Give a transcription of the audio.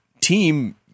team